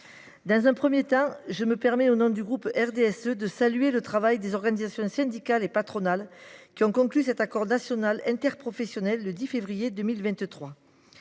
dernier. Permettez moi avant tout, au nom du groupe du RDSE, de saluer le travail des organisations syndicales et patronales, qui ont conclu cet accord national interprofessionnel le 10 février 2023.